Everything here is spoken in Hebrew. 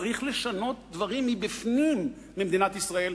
צריך לשנות דברים מבפנים במדינת ישראל,